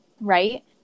right